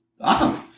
Awesome